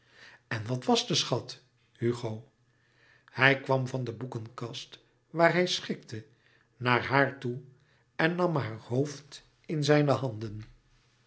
en wat was de schat hugo hij kwam van de boekenkast waar hij schikte naar haar toe en nam haar hoofd in zijne handen